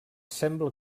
sembla